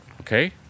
Okay